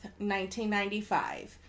1995